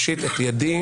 אבל אתה קטעת אותי,